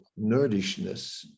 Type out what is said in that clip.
nerdishness